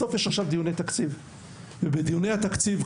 בסוף יש עכשיו דיוני תקציב ובדיוני התקציב,